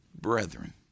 brethren